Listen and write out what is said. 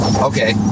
Okay